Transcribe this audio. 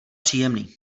příjemný